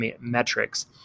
metrics